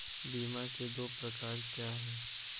बीमा के दो प्रकार क्या हैं?